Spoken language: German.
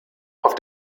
auf